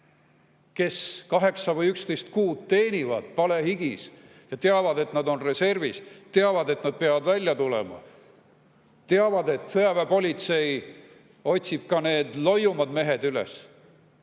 kes 8 või 11 kuud teenivad palehigis ja teavad, et nad on reservis, teavad, et nad peavad välja tulema, teavad, et sõjaväepolitsei otsib need loiumad mehed üles,